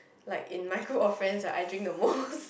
like in my group of friends right I drink the most